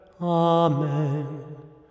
Amen